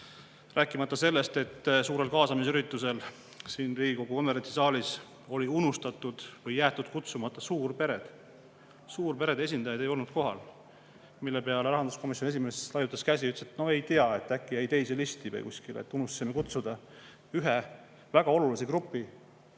Rääkimata sellest, et suurele kaasamisüritusele siin Riigikogu konverentsisaalis oli unustatud või jäetud kutsumata suurpered. Suurperede esindajad ei olnud kohal. Selle peale rahanduskomisjoni esimees laiutas käsi, ütles, no ei tea, äkki jäi teise listi või kuskile. Unustasime kutsuda ühe väga olulise grupi,